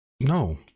No